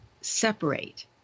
separate